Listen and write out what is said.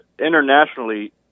internationally